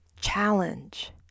challenge